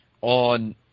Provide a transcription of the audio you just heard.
on